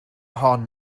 hon